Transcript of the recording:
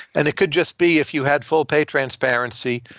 and it could just be if you had full pay transparency,